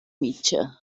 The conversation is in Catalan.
mitja